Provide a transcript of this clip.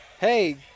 Hey